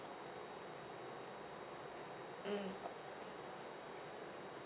mm